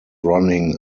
running